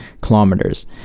kilometers